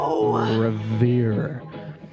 revere